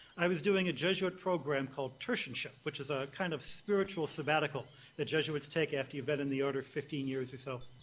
i was doing a jesuit program called tertianship which is a kind of spiritual sabbatical that jesuits take after you've been in the order fifteen years or so.